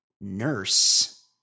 Nurse